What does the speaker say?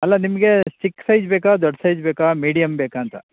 ಅಲ್ಲ ನಿಮಗೆ ಚಿಕ್ಕ ಸೈಜ್ ಬೇಕಾ ದೊಡ್ಡ ಸೈಜ್ ಬೇಕಾ ಮೀಡಿಯಮ್ ಬೇಕಾ ಅಂತ